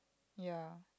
ya